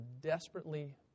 desperately